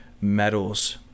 medals